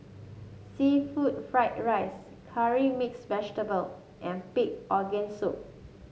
seafood Fried Rice Curry Mixed Vegetable and Pig Organ Soup